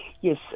yes